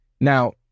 Now